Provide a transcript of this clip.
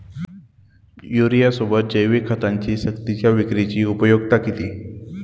युरियासोबत जैविक खतांची सक्तीच्या विक्रीची उपयुक्तता किती?